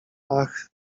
ach